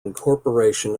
incorporation